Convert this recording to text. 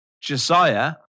Josiah